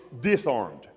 disarmed